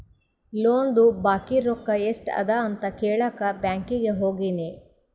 ಲೋನ್ದು ಬಾಕಿ ರೊಕ್ಕಾ ಎಸ್ಟ್ ಅದ ಅಂತ ಕೆಳಾಕ್ ಬ್ಯಾಂಕೀಗಿ ಹೋಗಿನಿ